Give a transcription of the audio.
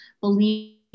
believe